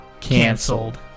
canceled